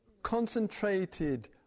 concentrated